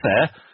fair